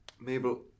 Mabel